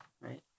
right